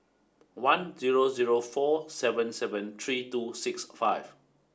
one zero zero four seven seven three two six five